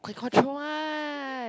can control one